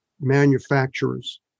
manufacturers